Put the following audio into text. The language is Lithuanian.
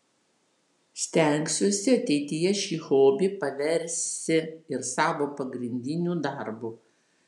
stengsiuosi ateityje šį hobį paversi ir savo pagrindiniu darbu